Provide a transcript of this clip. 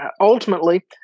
ultimately